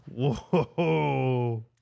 Whoa